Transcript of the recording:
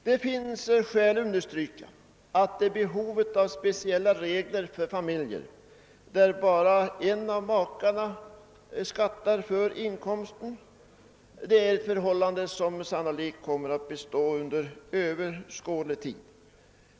Det finns skäl att understryka att behovet av speciella regler för familjer, där bara en av makarna skattar för inkomst, är ett förhållande som sannolikt kommer att bestå under överskådlig tid.